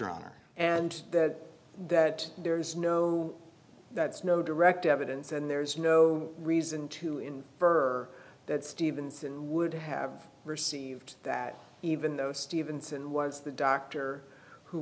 honor and that that there is no that's no direct evidence and there's no reason to in her that stevenson would have received that even though stevenson was the doctor who